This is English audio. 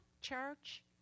church